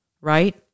right